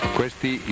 questi